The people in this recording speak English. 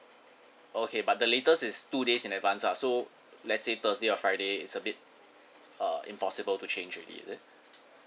okay but the latest is two days in advance ah so let's say thursday or friday is a bit uh impossible to change already is it